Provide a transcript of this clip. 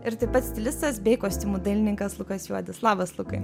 ir taip pat stilistas bei kostiumų dailininkas lukas juodis labas lukai